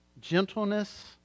gentleness